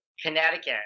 Connecticut